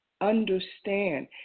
understand